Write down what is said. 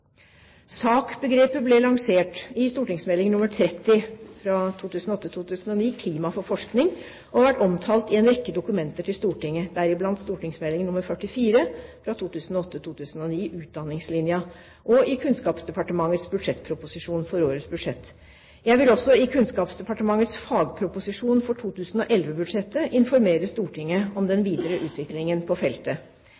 ble lansert i St.meld. nr. 30 for 2008–2009, Klima for forskning, og har vært omtalt i en rekke dokumenter til Stortinget, deriblant St.meld. nr. 44 for 2008–2009, Utdanningslinja, og i Kunnskapsdepartementets budsjettproposisjon for årets budsjett. Jeg vil også i Kunnskapsdepartementets fagproposisjon for 2011-budsjettet informere Stortinget om den